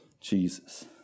Jesus